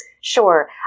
Sure